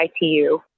ITU